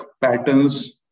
patterns